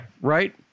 Right